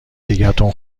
دیگتون